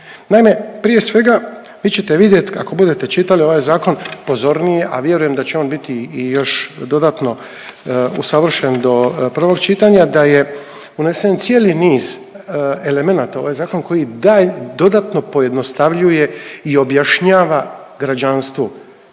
Naime, prije svega vi ćete vidjet ako budete čitali ovaj zakon pozornije, a vjerujem da će on biti i još dodatno usavršen do prvog čitanja da je unesen cijeli niz elemenata u ovaj zakon koji dodatno pojednostavljuje i objašnjava građanstvu